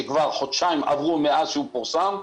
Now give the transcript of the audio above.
שכבר חודשיים עברו מאז שהוא פורסם,